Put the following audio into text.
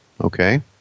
Okay